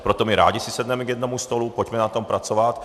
Proto my rádi si sedneme k jednomu stolu, pojďme na tom pracovat.